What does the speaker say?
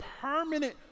permanent